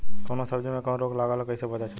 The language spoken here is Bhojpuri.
कौनो सब्ज़ी में कवन रोग लागल ह कईसे पता चली?